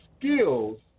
skills